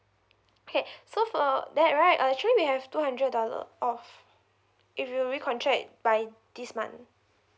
okay so for that right uh actually we have two hundred dollar off if you recontract by this month